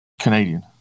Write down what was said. Canadian